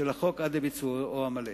של החוק עד לביצועו המלא.